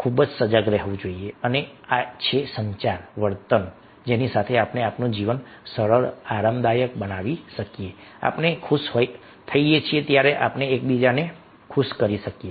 ખૂબ ખૂબ જ સજાગ રહેવું જોઈએ અને આ છે સંચાર વર્તન જેની સાથે આપણે આપણું જીવન સરળ આરામદાયક બનાવી શકીએ છીએ આપણે ખુશ થઈ શકીએ છીએ અને આપણે બીજાને ખુશ કરી શકીએ છીએ